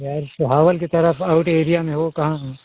यार सुहावल की तरफ आउट एरिया में हो कहाँ हो